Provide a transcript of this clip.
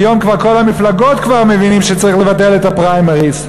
היום כבר כל המפלגות מבינות שצריך לבטל את הפריימריז.